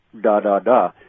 da-da-da